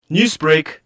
Newsbreak